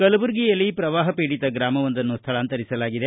ಕಲಬುರಗಿಯಲ್ಲಿ ಪ್ರವಾಹ ಪೀಡಿತ ಗ್ರಮವೊಂದನ್ನು ಸ್ಥಳಾಂತರಿಸಲಾಗಿದೆ